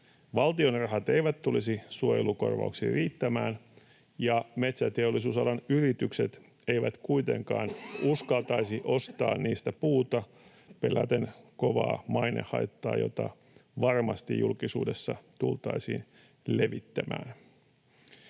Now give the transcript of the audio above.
valtion rahat eivät tulisi suojelukorvauksiin riittämään ja metsäteollisuusalan yritykset eivät kuitenkaan uskaltaisi ostaa niistä puuta peläten kovaa mainehaittaa, jota varmasti julkisuudessa tultaisiin levittämään.